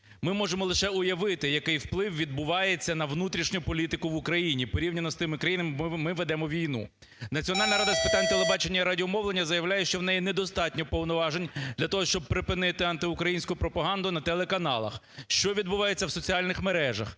Ми можемо лише уявити, який вплив відбувається на внутрішню політику в Україні, порівняно з тими країнами, бо ми ведемо війну. Національна рада з питань телебачення і радіомовлення заявляє, що в неї недостатньо повноважень для того, щоб припинити антиукраїнську пропаганду на телеканалах. Що відбувається в соціальних мережах?